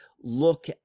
look